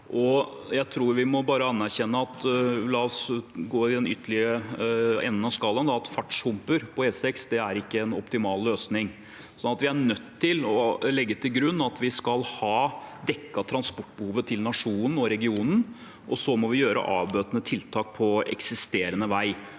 den andre enden av skalaen, at fartshumper på E6 ikke er en optimal løsning. Vi er nødt til å legge til grunn at vi skal ha dekket transportbehovet til nasjonen og regionen, og så må vi gjøre avbøtende tiltak på eksisterende vei.